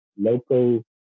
local